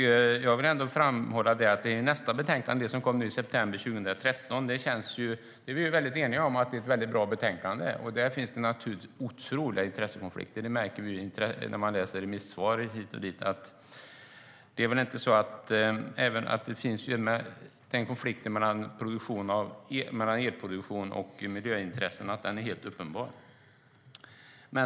Jag vill ändå framhålla att vi är eniga om att det betänkande som kom i september 2013 är ett bra betänkande. Där finns otroliga intressekonflikter; det märker man när man läser remissvaren hit och dit. Det finns en konflikt mellan elproduktionen och miljöintressena, och den är uppenbar.